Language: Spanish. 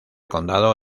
condado